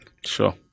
Sure